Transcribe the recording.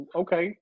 okay